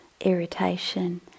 irritation